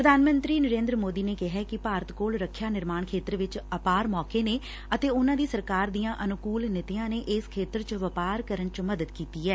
ਪ੍ਰਧਾਨ ਮੰਤਰੀ ਨਰੇਦਰ ਮੋਦੀ ਨੇ ਕਿਹੈ ਕਿ ਭਾਰਤ ਕੋਲ ਰੱਖਿਆ ਨਿਰਮਾਣ ਖੇਤਰ ਚ ਅਪਾਰ ਮੌਕੇ ਨੇ ਅਤੇ ਉਨਾਂ ਦੀ ਸਰਕਾਰ ਦੀਆਂ ਅਨੁਕੁਲ ਨੀਤੀਆਂ ਨੇ ਇਸ ਖੇਤਰ ਚ ਵਪਾਰ ਕਰਨ ਚ ਮਦਦ ਕੀਤੀ ਐ